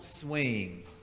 swing